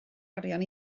arian